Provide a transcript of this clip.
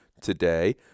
today